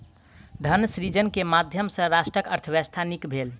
धन सृजन के माध्यम सॅ राष्ट्रक अर्थव्यवस्था नीक भेल